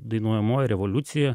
dainuojamoji revoliucija